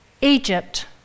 Egypt